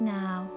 now